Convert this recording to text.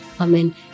Amen